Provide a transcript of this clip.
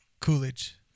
Coolidge